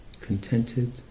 contented